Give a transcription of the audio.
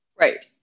right